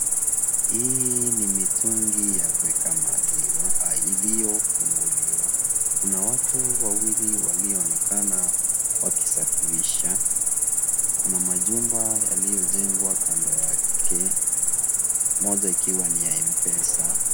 Hii ni mitungi ya kueka maziwa iliyofunguliwa, kuna watu wawili walioonekana wakisafirisha, kuna majumba yaliyojengwa kando yake moja ikiwa ni ya Mpesa.